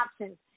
options